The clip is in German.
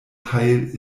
teil